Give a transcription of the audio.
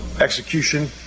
execution